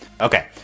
okay